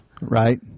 Right